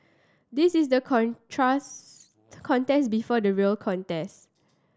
this is the contest before the real contest